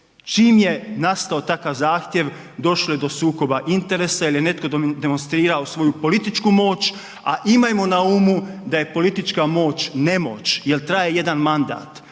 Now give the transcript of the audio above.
Čim je nastao takav zahtjev, došlo je do sukoba interesa jer je netko demonstrirao svoju politički moć, a imajmo na umu da je politička moć nemoć jer traje 1 mandat.